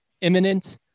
imminent